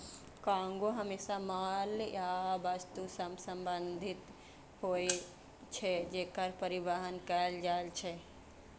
cargo हमेशा माल या वस्तु सं संदर्भित होइ छै, जेकर परिवहन कैल जाइ छै